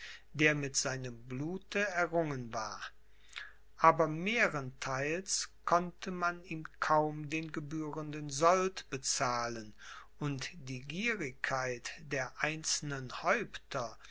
der mit seinem blute errungen war aber mehrentheils konnte man ihm kaum den gebührenden sold bezahlen und die gierigkeit der einzelnen häupter